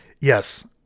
yes